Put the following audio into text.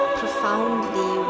profoundly